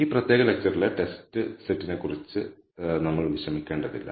ഈ പ്രത്യേക ലെക്ച്ചറിലെ ടെസ്റ്റ് സെറ്റിനെക്കുറിച്ച് നമ്മൾ വിഷമിക്കേണ്ടതില്ല